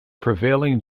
prevailing